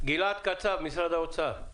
גלעד קצב, משרד האוצר.